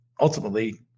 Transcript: ultimately